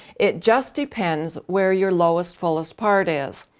it just depends where your lowest fullest part is.